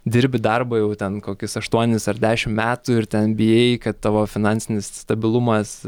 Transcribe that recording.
dirbi darbą jau ten kokius aštuonis ar dešim metų ir ten bijai kad tavo finansinis stabilumas